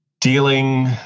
dealing